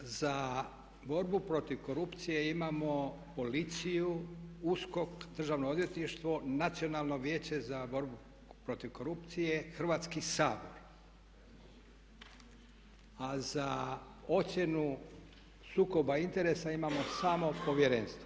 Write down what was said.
Za borbu protiv korupcije imamo policiju, USKOK, Državno odvjetništvo, Nacionalno vijeće za borbu protiv korupcije, Hrvatski sabor, a za ocjenu sukoba interesa imamo samo Povjerenstvo.